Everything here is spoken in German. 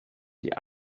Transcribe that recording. die